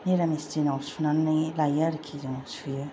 मिरामिस दिनाव सुनानै लायो आरो जों सुयो